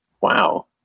Wow